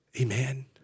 Amen